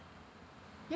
ya